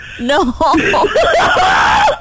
No